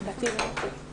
ש',